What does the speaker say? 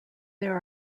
there